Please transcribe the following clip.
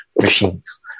machines